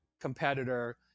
competitor